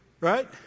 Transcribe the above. right